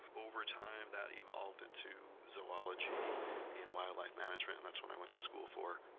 over time that evolved into zoology and wildlife management, and that's what i went to school for.